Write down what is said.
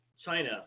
China